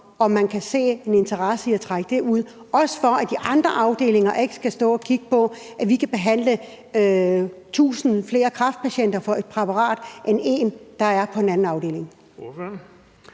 om man kan se en interesse i at trække det ud – også for at de andre afdelinger ikke skal stå og kigge på, at vi kan behandle 1.000 kræftpatienter med ét præparat på en afdeling, men én patient på en anden afdeling.